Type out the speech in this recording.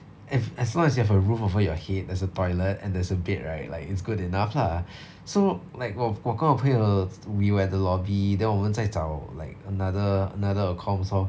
if as long as you have a roof over your head there's a toilet and there's a bed right like it's good enough lah so like 我我跟我朋友 we were at the lobby then 我们在找 like another another accoms lor